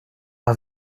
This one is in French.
pas